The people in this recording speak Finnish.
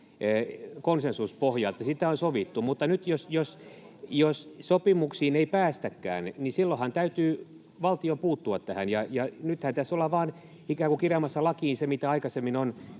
konsensuspohjalta, siitä on sovittu. Mutta nyt jos sopimuksiin ei päästäkään, niin silloinhan täytyy valtion puuttua tähän. Nythän tässä ollaan vain ikään kuin kirjaamassa lakiin se, mitä aikaisemmin on